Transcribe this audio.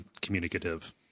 communicative